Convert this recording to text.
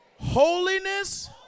holiness